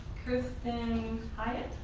kristen and hyatt?